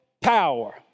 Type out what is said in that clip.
power